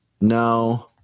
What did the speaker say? no